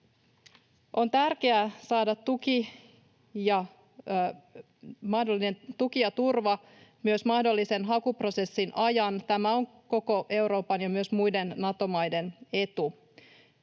On tärkeää saada mahdollinen tuki ja turva myös mahdollisen hakuprosessin ajan, tämä on koko Euroopan ja myös muiden Nato-maiden etu.